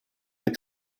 mit